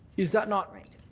is that not right?